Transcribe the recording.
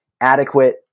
adequate